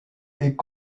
est